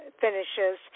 Finishes